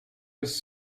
was